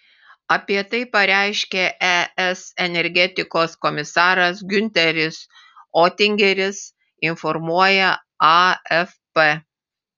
apie tai pareiškė es energetikos komisaras giunteris otingeris informuoja afp